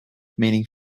meaning